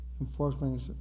enforcement